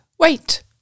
Wait